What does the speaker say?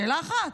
שאלה אחת.